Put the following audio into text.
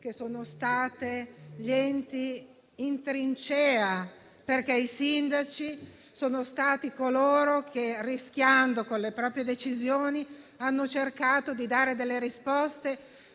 che sono stati gli enti in trincea. I sindaci, infatti, sono stati coloro che, rischiando con le proprie decisioni, hanno cercato di dare risposte